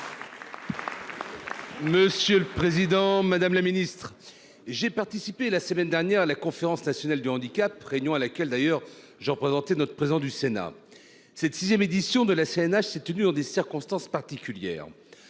Monsieur le Président Madame la Ministre j'ai participé la semaine dernière. La conférence nationale du handicap, réunion à laquelle d'ailleurs je représenter notre président du Sénat. Cette 6ème édition de la CNH s'est tenu dans des circonstances particulières.